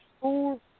four